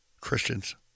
Christians